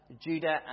Judah